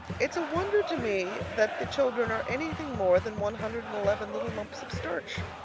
it's a wonder to me that the children are anything more than one hundred and eleven little lumps of starch.